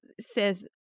says